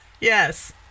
Yes